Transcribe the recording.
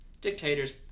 dictators